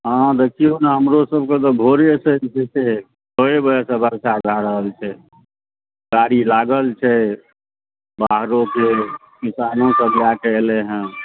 हँ देखिऔ ने हमरो सभके तऽ भोरेसँ जे छै से छओ बजेसँ वर्षा भऽ रहल छै गाड़ी लागल छै बाहरोके किसानो सभ लऽ कऽ एलै हँ